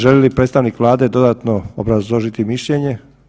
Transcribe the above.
Želi li predstavnik Vlade dodatno obrazložiti mišljenje?